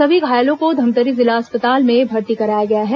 सभी घायलों को धमतरी जिला अस्पताल में भर्ती कराया गया है